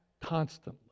constantly